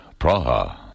Praha